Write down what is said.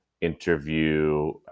interview